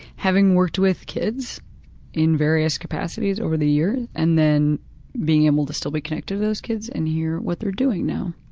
having worked with kids in various capacities over the years and then being able to still be connected with those kids and hear what they're doing now.